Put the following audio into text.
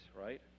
right